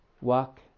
walk